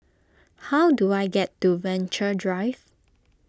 how do I get to Venture Drive